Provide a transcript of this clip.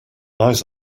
eyes